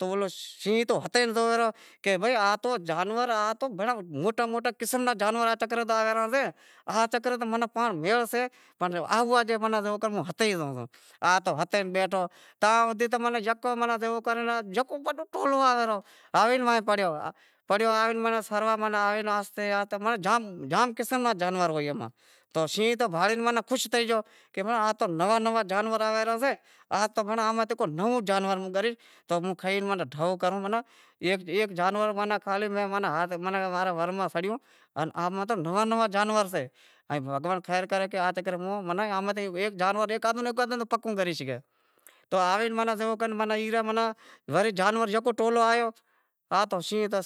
سینہں تو آتو بھئی موٹا موٹا جانوراں را قسم ٹکری گیا آز تو بھینڑیاں ام ہتئ ئی زوئاں، پسے ئتے ئی بیٹھو پسے یکو ماناں ٹولو ئی آوے ارہو ان آوے ئی پڑیو ماناں آوے سروا لگو ماناں جام قسم را جانور ہوئیں تو شینہں تو بھاڑے خوش تھے گیو کہ یار آز تو نواں نواں جانور آوی گیاسیں آج تو ام کو نئوں جانور گری کھائی ڈھو کروں بھلا ہیک جانور تو ماناں ماں رے ور ماہ سڑیو، ماناں نواں نواں جانور سیں، بھگوان خیر کرے ماناں ایک آدہوں تو ام پگو گریش رو۔ تو آوے جیوو کر مناں جانور یکو ٹولو آیو شینہں